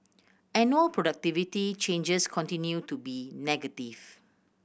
annual productivity changes continue to be negative